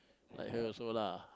like her also lah